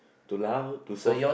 too loud too soft